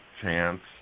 chance